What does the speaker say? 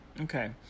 Okay